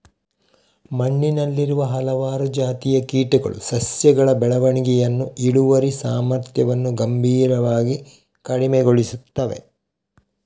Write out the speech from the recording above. ಮಣ್ಣಿನಲ್ಲಿರುವ ಹಲವಾರು ಜಾತಿಯ ಕೀಟಗಳು ಸಸ್ಯಗಳ ಬೆಳವಣಿಗೆಯನ್ನು, ಇಳುವರಿ ಸಾಮರ್ಥ್ಯವನ್ನು ಗಂಭೀರವಾಗಿ ಕಡಿಮೆಗೊಳಿಸುತ್ತವೆ